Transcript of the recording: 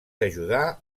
ajudar